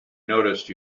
notice